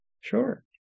Sure